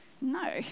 No